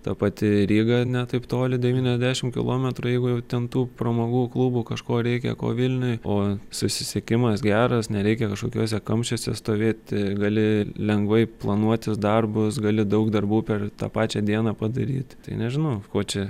ta pati ryga ne taip toli devyniasdešim kilometrų jeigu jau ten tų pramogų klubų kažko reikia ko vilniuj o susisiekimas geras nereikia kažkokiuose kamščiuose stovėti gali lengvai planuotis darbus gali daug darbų per tą pačią dieną padaryt tai nežinau ko čia